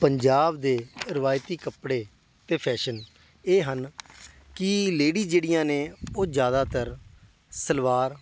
ਪੰਜਾਬ ਦੇ ਰਿਵਾਇਤੀ ਕੱਪੜੇ ਅਤੇ ਫੈਸ਼ਨ ਇਹ ਹਨ ਕਿ ਲੇਡੀ ਜਿਹੜੀਆਂ ਨੇ ਉਹ ਜ਼ਿਆਦਾਤਰ ਸਲਵਾਰ